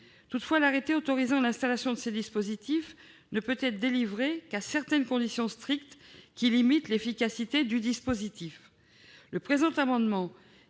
Toutefois, l'arrêté autorisant l'installation de ces dispositifs ne peut être délivré qu'à certaines conditions strictes qui en limitent l'efficacité. Le présent amendement vise